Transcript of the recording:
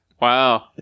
Wow